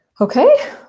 okay